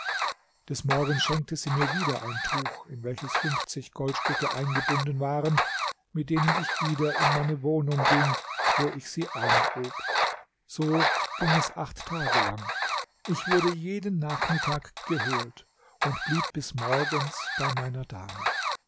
des morgens schenkte sie mir wieder ein tuch in welches fünfzig goldstücke eingebunden waren mit denen ich wieder in meine wohnung ging wo ich sie eingrub so ging es acht tage lang ich wurde jeden nachmittag geholt und blieb bis morgens bei meiner dame